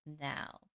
now